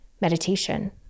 meditation